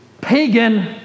pagan